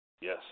Yes